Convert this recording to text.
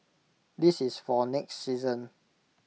this is for next season